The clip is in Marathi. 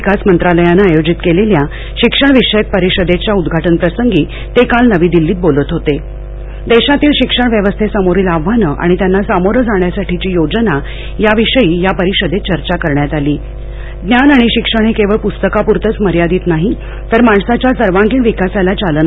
विकास मंत्रालयानं आयोजित केलेल्या शिक्षणविषयक परिषदेच्या उद्घाटनप्रसंगी ते काल नवी दिल्लीत बोलत होते देशातील शिक्षण व्यवस्थेसमोरील आव्हानं आणि त्यांना सामोरे जाण्यासाठीची य ोजना याविषयी या परिषदेत चर्चा करण्यात आलीज्ञान आणि शिक्षण हे केवळ पुस्तकाप्रतेच मर्यादित नाही तर माणसाच्या सर्वागीण विकासाला चालना